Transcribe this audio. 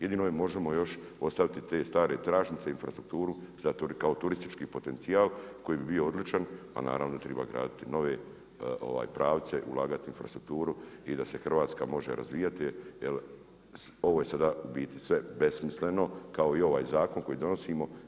Jedino je možemo još ostaviti te stare tračnice, infrastrukturu zato jer kao turistički potencijal koji bi bio odličan, a naravno da triba graditi nove pravce, ulagati u infrastrukturu i da se Hrvatska može razvijati jer ovo je sada u biti sve besmisleno kao i ovaj zakon koji donosimo.